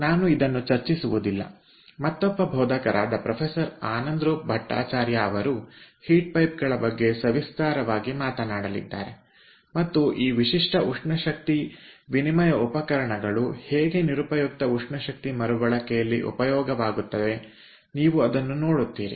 ನಾನು ಇದನ್ನು ಚರ್ಚಿಸುವುದಿಲ್ಲ ಮತ್ತೊಬ್ಬ ಬೋಧಕರಾದ ಪ್ರೊಫೆಸರ್ ಆನಂದರೂಪ್ ಭಟ್ಟಾಚಾರ್ಯ ಅವರು ಹೀಟ್ ಪೈಪ್ಗಳ ಬಗ್ಗೆ ಸವಿವರವಾಗಿ ಮಾತನಾಡಲಿದ್ದಾರೆ ಮತ್ತು ಈ ವಿಶಿಷ್ಟ ಉಷ್ಣಶಕ್ತಿ ವಿನಿಮಯ ಉಪಕರಣಗಳು ಹೇಗೆ ನಿರುಪಯುಕ್ತ ಉಷ್ಣಶಕ್ತಿ ಮರುಬಳಕೆಯಲ್ಲಿ ಉಪಯೋಗವಾಗುತ್ತದೆ ನೀವು ಅದನ್ನು ನೋಡುತ್ತೀರಿ